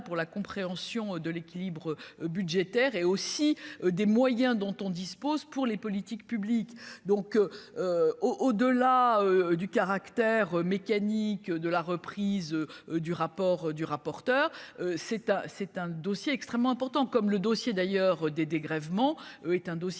pour la compréhension de l'équilibre budgétaire et aussi des moyens dont on dispose pour les politiques publiques, donc au au delà du caractère mécanique de la reprise du rapport du rapporteur c'est un c'est un dossier extrêmement important comme le dossier d'ailleurs des dégrèvements est un dossier